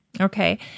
Okay